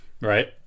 Right